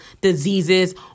diseases